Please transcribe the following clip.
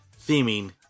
theming